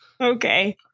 Okay